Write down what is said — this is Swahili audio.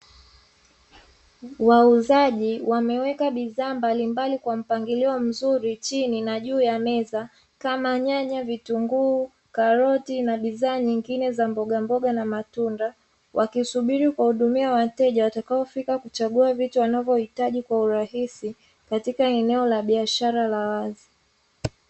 Wauzaji wameweka bidhaa mbalimbali kwa mpangilio mzuri juu na chhini ya meza kama nyanya, vitunguu, karoti na bidhaa nyingine za mbogamboga na matunda. wakisubiri kuhudumia wateja wanaofika kuchagua vitu wanvyohitaji kwa urahisi katika eneo la biashara la wazi.